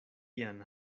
ian